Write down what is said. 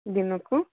ଦିନକୁ